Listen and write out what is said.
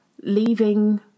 leaving